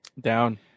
down